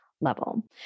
level